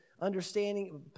understanding